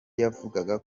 yavugaga